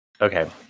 Okay